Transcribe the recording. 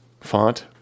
font